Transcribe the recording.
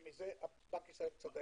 בזה בנק ישראל צודק.